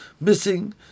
missing